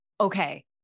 okay